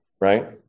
right